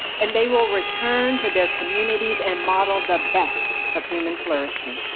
and they will return to their communities and model the best of human flourishing.